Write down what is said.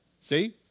See